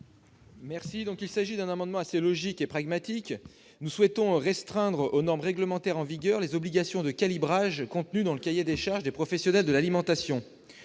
Gontard. De manière assez logique et pragmatique, nous proposons de restreindre aux normes réglementaires en vigueur les obligations de calibrage contenues dans le cahier des charges des professionnels de l'alimentation.